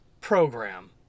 program